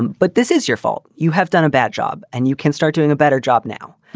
but this is your fault. you have done a bad job and you can start doing a better job now.